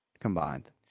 combined